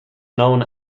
known